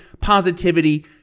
positivity